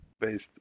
based